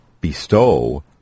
bestow